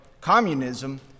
communism